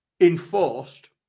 Enforced